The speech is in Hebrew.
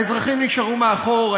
האזרחים נשארו מאחור,